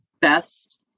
best